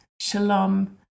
shalom